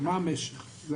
מה המשך?